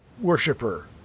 Worshiper